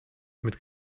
mit